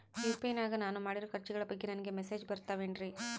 UPI ನಾಗ ನಾನು ಮಾಡಿರೋ ಖರ್ಚುಗಳ ಬಗ್ಗೆ ನನಗೆ ಮೆಸೇಜ್ ಬರುತ್ತಾವೇನ್ರಿ?